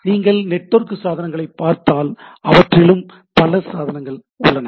நீங்கள் நெட்வொர்க் சாதனங்களைப் பார்த்தால் அவற்றிலும் பல சாதனங்கள் உள்ளன